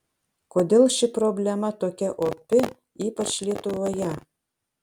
kodėl ši problema tokia opi ypač lietuvoje